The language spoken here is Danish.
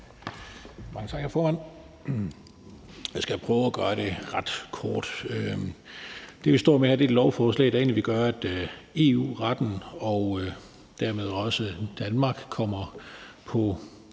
Mange tak, hr. formand. Jeg skal prøve at gøre det ret kort. Det lovforslag, vi står med her, vil egentlig gøre, at EU-retten og dermed også Danmark kommer på